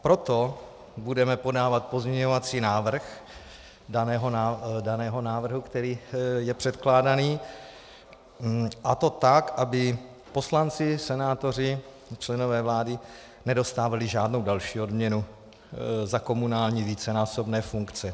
Proto budeme podávat pozměňovací návrh daného návrhu, který je předkládaný, a to tak, aby poslanci, senátoři a členové nedostávali žádnou další odměnu za komunální vícenásobné funkce.